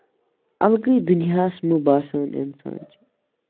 اَلگٕے دُنیاہَس منٛز باسان اِنسان